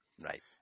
Right